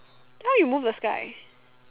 how you move the sky